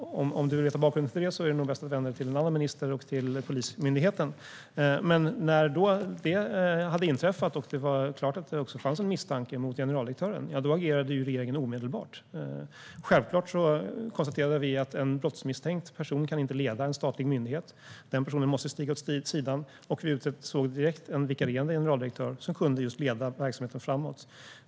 Om du vill veta bakgrunden till detta är det nog bäst att du vänder dig till en annan minister och till Polismyndigheten. När detta hade inträffat och det var klart att det fanns en misstanke också mot generaldirektören agerade regeringen omedelbart. Vi konstaterade självklart att en brottsmisstänkt person inte kan leda en statlig myndighet. Den personen måste stiga åt sidan. Vi utsåg direkt en vikarierande generaldirektör som kunde leda verksamheten framåt.